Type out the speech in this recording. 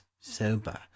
sober